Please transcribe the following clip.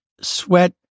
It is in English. sweat